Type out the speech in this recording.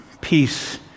Peace